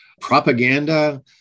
propaganda